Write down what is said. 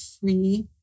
free